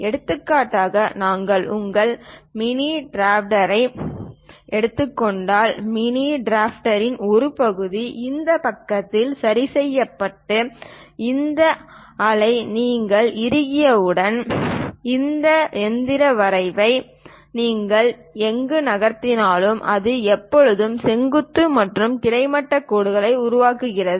எடுத்துக்காட்டாக நாங்கள் உங்கள் மினி டிராஃப்டரை எடுத்துக்கொண்டால் மினி டிராஃப்டரின் ஒரு பகுதி ஒரு பக்கத்தில் சரி செய்யப்பட்டு இந்த அளவை நீங்கள் இறுக்கியவுடன் இந்த இயந்திர வரைவை நீங்கள் எங்கு நகர்த்தினாலும் அது எப்போதும் செங்குத்து மற்றும் கிடைமட்ட கோடுகளை உருவாக்குகிறது